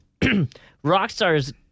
Rockstar's